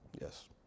yes